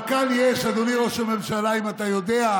אבל כאן יש, אדוני ראש הממשלה, אם אתה יודע,